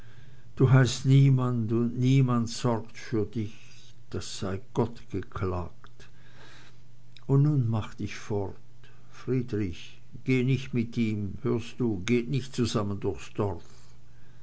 du heißt niemand und niemand sorgt für dich das sei gott geklagt und nun mach dich fort friedrich geh nicht mit ihm hörst du geht nicht zusammen durchs dorf